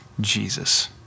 Jesus